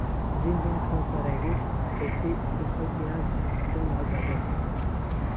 जेन बेंक ह पराइवेंट रहिथे ओखर बियाज दर ह जादा होथे